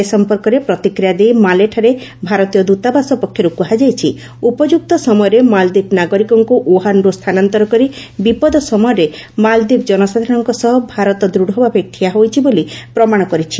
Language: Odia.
ଏ ସମ୍ପକରେ ପ୍ରତିକ୍ରିୟା ଦେଇ ମାଲେଠାରେ ଭାରତୀୟ ଦ୍ୱତାବାସ ପକ୍ଷରୁ କୁହାଯାଇଛି ଉପଯୁକ୍ତ ସମୟରେ ମାଳଦ୍ୱୀପ ନାଗରିକଙ୍କୁ ଓ୍ୱହାନ୍ରୁ ସ୍ଥାନାନ୍ତର କରି ବିପଦ ସମୟରେ ମାଳଦ୍ୱୀପ ଜନସାଧାରଣଙ୍କ ସହ ଭାରତ ଦୂଢ଼ଭାବେ ଠିଆ ହୋଇଛି ବୋଲି ପ୍ରମାଣ କରିଛି